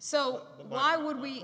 so why would we